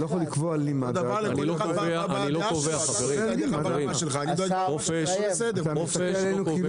אתה לא יכול לקבוע לי מה --- אתה מסתכל עלינו כאילו